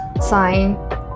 sign